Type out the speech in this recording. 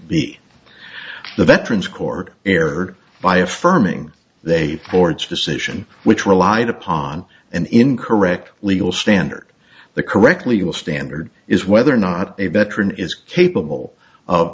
b the veterans court erred by affirming they or its decision which relied upon an incorrect legal standard the correct legal standard is whether or not a veteran is capable of